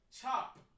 Chop